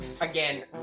Again